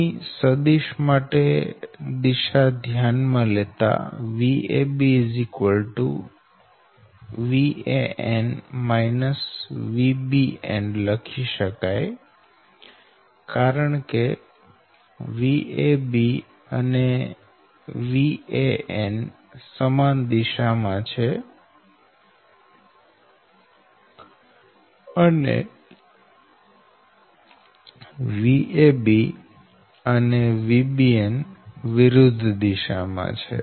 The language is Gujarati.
અહી સદિશ માટે દિશા ધ્યાન માં લેતા Vab Van Vbn લખી શકાય કારણકે Vab અને Van સમાન દિશામાં છે અને Vab અને Vbn વિરુદ્ધ દિશામાં છે